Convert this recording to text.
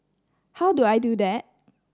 how do I do that